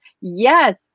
yes